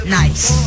nice